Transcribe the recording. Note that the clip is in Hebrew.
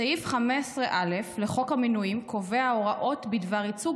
סעיף 15א לחוק המינויים קובע הוראות בדבר ייצוג